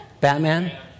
Batman